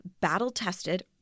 battle-tested